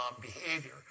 behavior